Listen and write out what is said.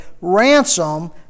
ransom